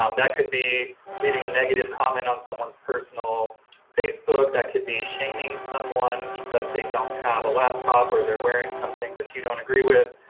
that could be leaving a negative comment on someone's personal facebook, that could be shaming someone because they don't have a laptop or they're wearing something that you don't agree with.